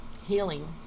healing